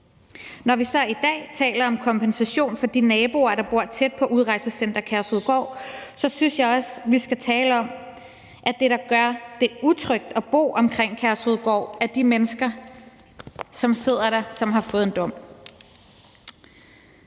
Når vi så i dag taler om kompensation til de naboer, der bor tæt på Udrejsecenter Kærshovedgård, synes jeg også, at vi skal tale om, at det, der gør det utrygt at bo omkring Kærshovedgård, er de mennesker, der sidder der, som har fået en dom.